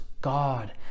God